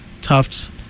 Tufts